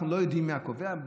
אנחנו לא יודעים מי הקובע,